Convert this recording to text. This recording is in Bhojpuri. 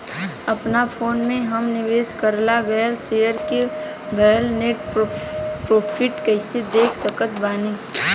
अपना फोन मे हम निवेश कराल गएल शेयर मे भएल नेट प्रॉफ़िट कइसे देख सकत बानी?